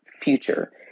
future